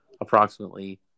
approximately